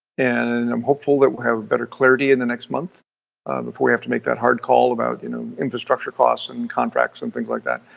and i'm hopeful that we'll have a better clarity in the next month before we have to make that hard call about you know infrastructure costs and contracts and things like that.